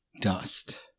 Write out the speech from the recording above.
dust